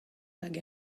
hag